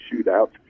shootout